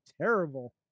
terrible